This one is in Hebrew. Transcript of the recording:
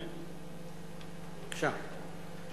בבקשה.